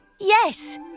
Yes